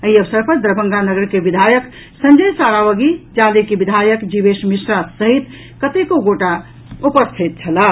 एहि अवसर पर दरभंगा नगर के विधायक संजय सरावगी जाले के विधायक जीवेश मिश्रा सहित कतेको गोटा उपस्थित छलाह